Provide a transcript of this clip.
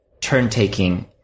turn-taking